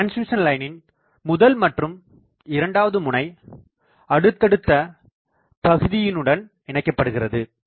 டிரான்ஸ்மிஷன்லைனின் முதல் மற்றும் இரண்டாவது முனை அடுத்தடுத்த பகுதியினுடன் இணைக்கப்படுகிறது